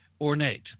ornate